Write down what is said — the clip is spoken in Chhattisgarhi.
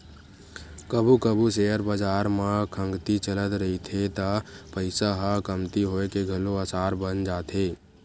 कभू कभू सेयर बजार म खंगती चलत रहिथे त पइसा ह कमती होए के घलो असार बन जाथे